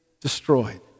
destroyed